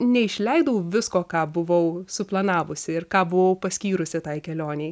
neišleidau visko ką buvau suplanavusi ir ką buvau paskyrusi tai kelionei